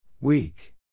Weak